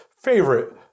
favorite